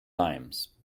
limes